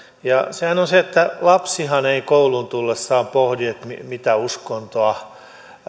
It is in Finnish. sehän on on se että lapsihan ei kouluun tullessaan pohdi mitä uskontoa hän